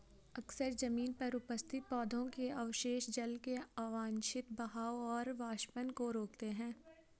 अक्सर जमीन पर उपस्थित पौधों के अवशेष जल के अवांछित बहाव और वाष्पन को रोकते हैं